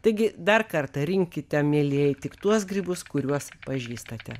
taigi dar kartą rinkite mielieji tik tuos grybus kuriuos pažįstate